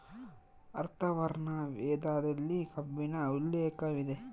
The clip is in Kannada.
ಅಥರ್ವರ್ಣ ವೇದದಲ್ಲಿ ಕಬ್ಬಿಣ ಉಲ್ಲೇಖವಿದೆ